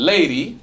Lady